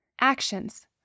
Actions